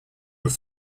were